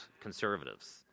conservatives